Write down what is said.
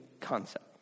concept